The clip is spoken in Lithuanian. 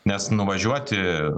nes nuvažiuoti